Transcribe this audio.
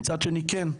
מצד שני, כן,